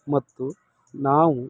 ಮತ್ತು ನಾವು